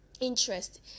Interest